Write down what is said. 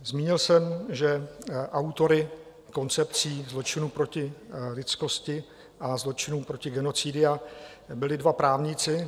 Zmínil jsem, že autory koncepcí zločinu proti lidskosti a zločinů proti genocidě byli dva právníci.